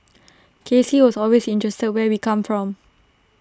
K C was always interested in where we come from